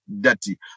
dirty